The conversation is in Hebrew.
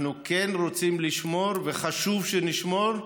אנחנו כן רוצים לשמור, וחשוב שנשמור,